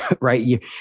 right